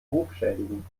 rufschädigend